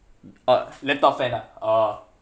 oh laptop fan ah oh